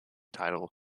title